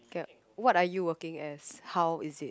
gap what are you working as how is it